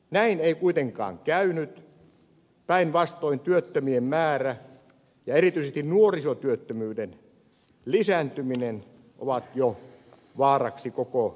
näin ei kuitenkaan käynyt päinvastoin työttömien määrä ja erityisesti nuorisotyöttömyyden lisääntyminen ovat jo vaaraksi koko yhteiskunnalle